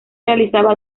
realizaba